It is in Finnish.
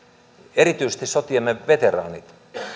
erityisesti sotiemme veteraanit